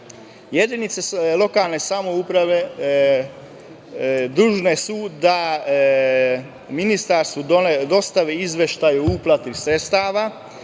izdato. Jedinice lokalne samouprave dužne su da ministarstvu dostave izveštaj o uplati sredstava